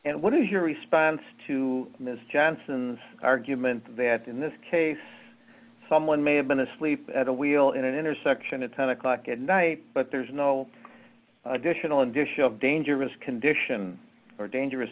and what is your response to mr johnson argument that in this case someone may have been asleep at the wheel in an intersection at ten o'clock at night but there's no additional addition of dangerous condition or dangerous